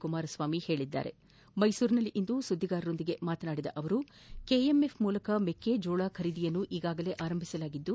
ಕುಮಾರಸ್ವಾಮಿ ಹೇಳಿದ್ದಾರೆಮೈಸೂರಿನಲ್ಲಿಂದು ಸುದ್ದಿಗಾರೊಂದಿಗೆ ಮಾತನಾಡಿದ ಅವರು ಕೆಎಂಎಫ್ ಮೂಲಕ ಮೆಕ್ಷಜೋಳ ಖರೀದಿಯನ್ನು ಈಗಾಗಲೇ ಆರಂಭಿಸಲಾಗಿದ್ದು